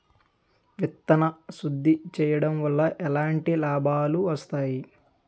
విత్తన శుద్ధి చేయడం వల్ల ఎలాంటి లాభాలు వస్తాయి?